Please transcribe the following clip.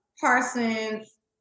Parsons